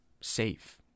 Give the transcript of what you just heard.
safe